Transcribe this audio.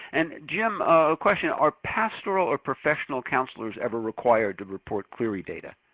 and jim, a question, are pastoral or professional counselors ever required to report clery data?